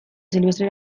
silvestre